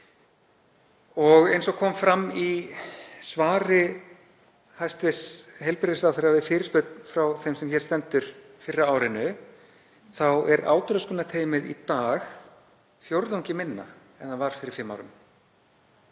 Eins og kom fram í svari hæstv. heilbrigðisráðherra við fyrirspurn frá þeim sem hér stendur fyrr á árinu er átröskunarteymið í dag fjórðungi minna en það var fyrir fimm árum.